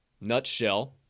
nutshell